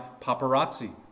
paparazzi